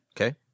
Okay